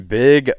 big